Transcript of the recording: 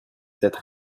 cette